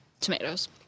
Tomatoes